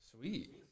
Sweet